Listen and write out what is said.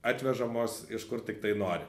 atvežamos iš kur tiktai nori